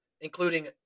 including